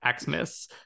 xmas